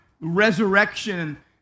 resurrection